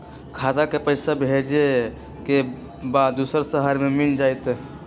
खाता के पईसा भेजेए के बा दुसर शहर में मिल जाए त?